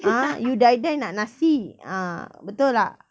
ha you die die nak nasi ah betul tak